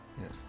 Yes